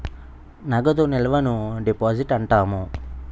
నగదు నిల్వను డిపాజిట్ అంటాము